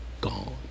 gone